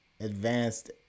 advanced